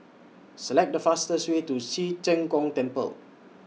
Select The fastest Way to Ci Zheng Gong Temple